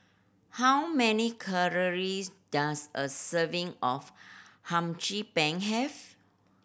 how many calories does a serving of Hum Chim Peng have